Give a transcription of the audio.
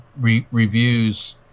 reviews